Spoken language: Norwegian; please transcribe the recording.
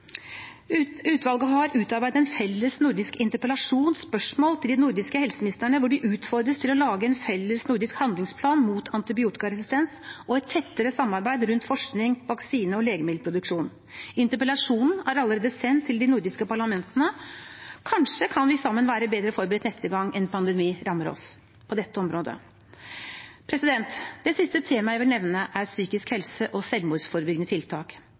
Utvalget har utarbeidet en felles nordisk interpellasjon, spørsmål, til de nordiske helseministrene, hvor de utfordres til å lage en felles nordisk handlingsplan mot antibiotikaresistens og et tettere samarbeid rundt forskning, vaksine- og legemiddelproduksjon. Interpellasjonen er allerede sendt til de nordiske parlamentene. Kanskje kan vi sammen være bedre forberedt neste gang en pandemi rammer oss på dette området. Det siste temaet jeg vil nevne, er psykisk helse og selvmordsforebyggende tiltak.